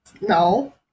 no